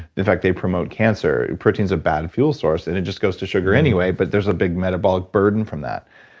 in fact, they promote cancer. protein's a bad fuel source and it just goes to sugar anyway but there's a big metabolic burden from that.